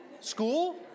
School